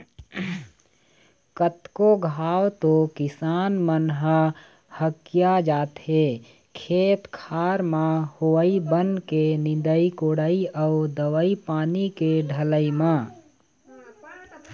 कतको घांव तो किसान मन ह हकिया जाथे खेत खार म होवई बन के निंदई कोड़ई अउ दवई पानी के डलई म